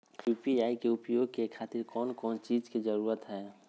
UPI के उपयोग के खातिर कौन कौन चीज के जरूरत है?